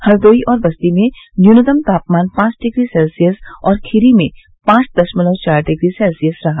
हरदोई और बस्ती में न्यूनतम तापमान पांच डिग्री सेल्सियस और खीरी में पांच दशमलव चार डिग्री सेल्सियस रहा